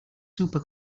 super